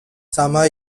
summer